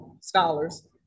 scholars